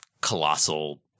colossal